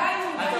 לדבר.